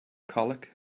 colic